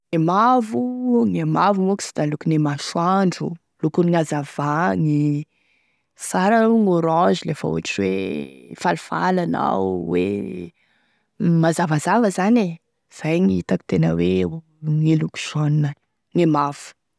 E mavo, gne mavo moa ka sy da lokone masoandro, lokone gn'azavagny, sara aloha gn'orange lefa ohatry hoe falifaly anao, mazavazava zany e, zay gn' itako tena hoe gne loko jaune, gne mavo.